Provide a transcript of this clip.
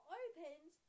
opens